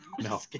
No